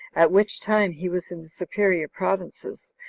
at which time he was in the superior provinces,